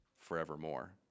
forevermore